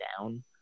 down